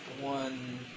one